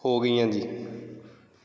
ਹੋ ਗਈਆਂ ਜੀ